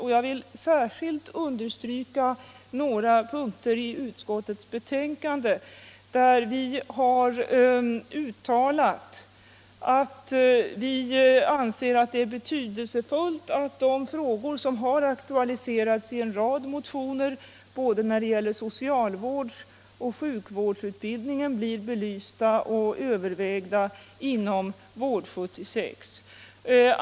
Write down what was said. Jag vill understryka några punkter i utskottets betänkande, där vi har uttalat att vi anser det betydelsefullt att de frågor som har aktualiserats i en rad motioner, när det gäller både socialvårds och sjukvårdsutbildningen, blir belysta och övervägda inom Vård-76.